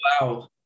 wow